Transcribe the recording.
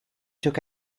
took